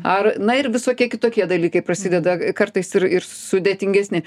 ar na ir visokie kitokie dalykai prasideda kartais ir ir sudėtingesni